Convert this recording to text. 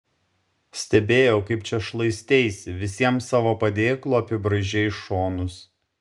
stebėjau kaip čia šlaisteisi visiems savo padėklu apibraižei šonus